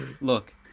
Look